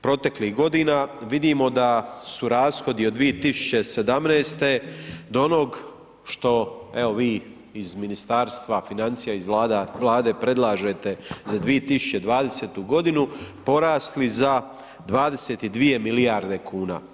proteklih godina vidimo da su rashodi od 2017. do onog što evo vi iz Ministarstva financija, iz Vlade predlažete za 2020. godinu, porasli za 22 milijarde kuna.